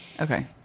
Okay